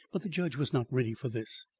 but the judge was not ready for this.